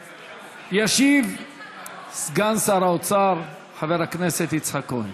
ישיב סגן שר האוצר חבר הכנסת יצחק כהן.